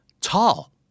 tall